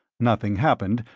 nothing happened,